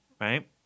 right